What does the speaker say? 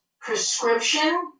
prescription